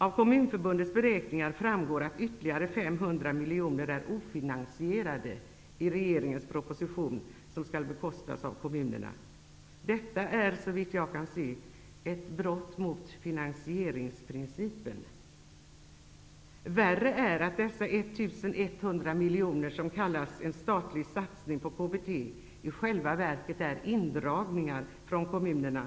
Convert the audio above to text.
Av Kommunförbundets beräkningar framgår att ytterligare 500 miljoner i regeringens proposition är ofinansierade. Det rör sig om tjänster som skall bekostas av kommunerna. Detta är såvitt jag kan se ett brott mot finansieringsprincipen. Värre är att dessa 1 100 miljoner, som kallas en statlig satsning på KBT, i själva verket är indragningar från kommunerna.